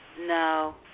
No